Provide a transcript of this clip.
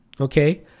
okay